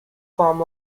form